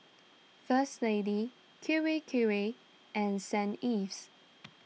First Lady Kirei Kirei and St Ives